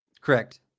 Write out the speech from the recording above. Correct